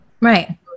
Right